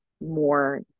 more